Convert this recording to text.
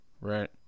Right